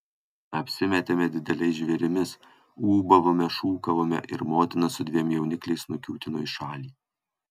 apsimetėme dideliais žvėrimis ūbavome šūkavome ir motina su dviem jaunikliais nukiūtino į šalį